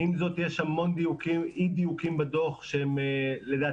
עם זאת יש המון אי דיוקים בדוח שלדעתי